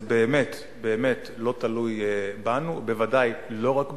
זה באמת באמת לא תלוי בנו, בוודאי לא רק בנו.